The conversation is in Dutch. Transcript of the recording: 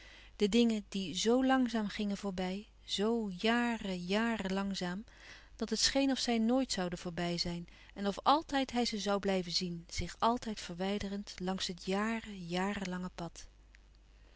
de dingen die zo langzaam gingen voorbij zoo jaren jarenlangzaam dat het scheen of zij nooit zouden voorbij zijn en of altijd hij ze zoû blijven zien zich altijd verwijderend langs het jaren jarenlange pad